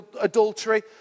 adultery